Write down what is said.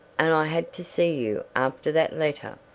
and i had to see you after that letter,